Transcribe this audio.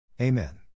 Amen